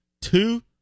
two